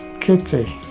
Kitty